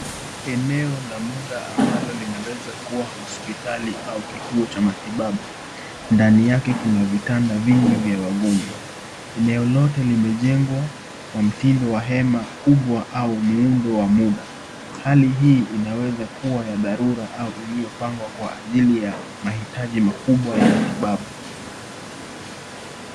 Eneo la muda amba limewezakuwa la kituo cha matibabu, ndani yake kuna vitanda vingi vya wagonjwa enei lote limejengwa kwa mtindo wa hema kubwa au muundo wa muda ,hali hii inawezakuwa wa dharura au iliyopangwa kwa ajili ya maitaji makubwa ya matibabu.